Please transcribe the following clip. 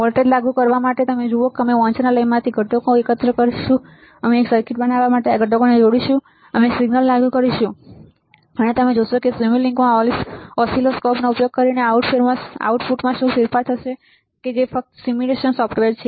voltage લાગુ કરવા માટે તમે જુઓ કે અમે વાંચનાલયમાંથી ઘટકો એકત્ર કરીશું અમે એક સર્કિટ બનાવવા માટે આ ઘટકોને જોડીશું અમે સિગ્નલ લાગુ કરીશું અને તમે જોશો કે સિમ્યુલિંકમાં ઓસિલોસ્કોપનો ઉપયોગ કરીને આઉટપુટમાં શું ફેરફાર છે જે ફક્ત સિમ્યુલેશન સોફ્ટવેર છે